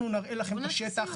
אנחנו נראה לכם את השטח.